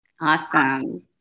Awesome